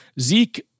Zeke